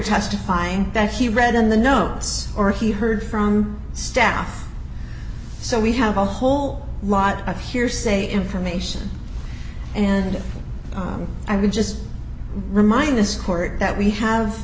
testifying that he read in the notes or he heard from staff so we have a whole lot of hearsay information and i would just remind this court that we have